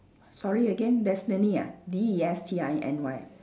sorry again destiny ah D E S T I N Y ah